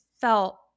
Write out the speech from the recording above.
felt